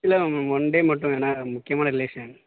இல்லை ma'am one day மட்டும் வேணும் ஏன்னா முக்கியமான ரிலேஷன்